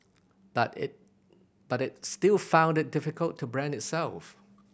but it but it still found it difficult to brand itself